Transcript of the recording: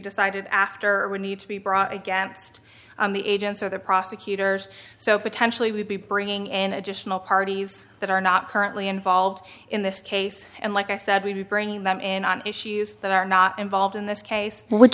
decided after or need to be brought against the agents or the prosecutors so potentially we'd be bringing an additional parties that are not currently involved in this case and like i said we'd be bringing them in on issues that are not involved in this case would